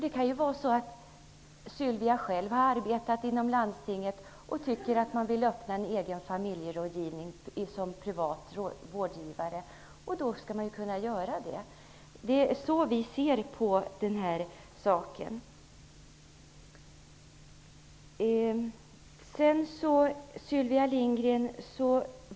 Det kan ju vara så att Sylvia Lindgren själv har arbetat inom landstinget och tycker att hon vill öppna en egen familjerådgivning i privat regi. Då skall hon kunna göra det. Det är så vi ser på saken.